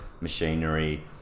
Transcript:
machinery